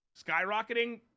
Skyrocketing